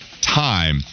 time